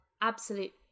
absolute